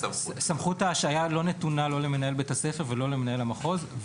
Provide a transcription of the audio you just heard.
סמכות ההשעיה לא נתונה לא למנהל בית הספר ולא למנהל המחוז,